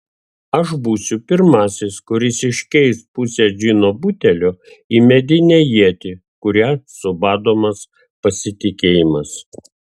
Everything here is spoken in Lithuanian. aš būsiu pirmasis kuris iškeis pusę džino butelio į medinę ietį kuria subadomas pasitikėjimas